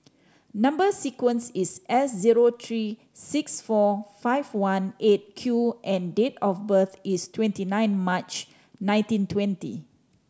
number sequence is S zero three six four five one Eight Q and date of birth is twenty nine March nineteen twenty